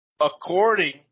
According